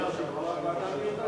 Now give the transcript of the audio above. אדוני היושב-ראש,